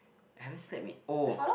I haven't slept in oh